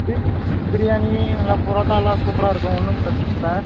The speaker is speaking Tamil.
பிரியாணி நல்லா புரோட்டாவெல்லாம் சூப்பராக இருக்கும் ஒன்றும் பிரச்சனை இல்லை